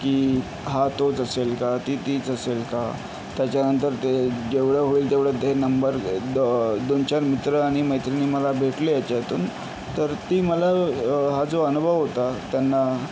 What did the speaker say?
की हा तोच असेल का ती तीच असेल का त्याच्यानंतर ते जेवढं होईल तेवढं ते नंबर द दोन चार मित्र आणि मैत्रिणी मला भेटले याच्यातून तर ती मला हा जो अनुभव होता त्यांना